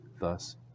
thus